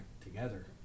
together